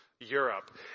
Europe